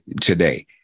Today